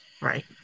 Right